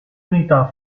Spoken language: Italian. unità